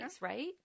right